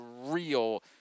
real